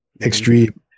extreme